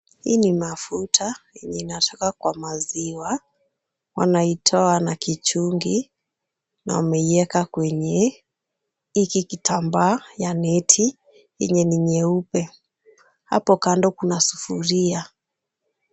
Hii ni mafuta yenye inatoka kwa maziwa, wanaitoa na kichungi na wameiweka kwenye hiki kitambaa ya neti yenye ni nyeupe. Hapo kando kuna sufuria.